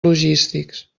logístics